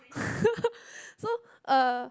so uh